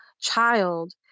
child